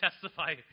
testify